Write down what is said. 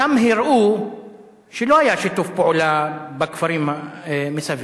שם הראו שלא היה שיתוף פעולה בכפרים מסביב.